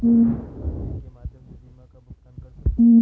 क्या हम Google Pay के माध्यम से बीमा का भुगतान कर सकते हैं?